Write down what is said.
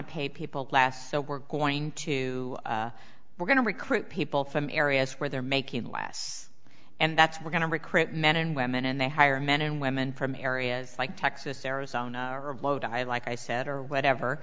to pay people class so we're going to we're going to recruit people from areas where they're making less and that's we're going to recruit men and women and they hire men and women from areas like texas arizona lodi like i said or whatever